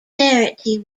charity